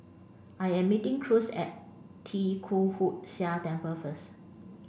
I am meeting Cruz at Tee Kwee Hood Sia Temple first